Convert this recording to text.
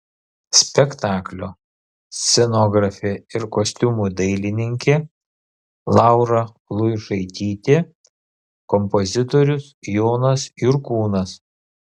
spektaklio scenografė ir kostiumų dailininkė laura luišaitytė kompozitorius jonas jurkūnas